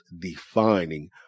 defining